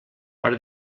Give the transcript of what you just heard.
per